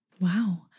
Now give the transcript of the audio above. Wow